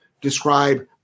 describe